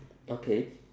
okay